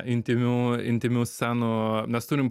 intymių intymių scenų mes turim